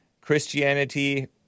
Christianity